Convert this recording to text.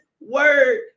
word